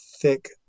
thick